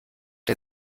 der